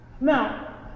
Now